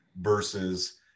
versus